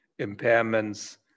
impairments